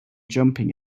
jumping